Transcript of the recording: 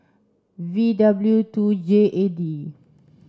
V W two J A D